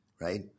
right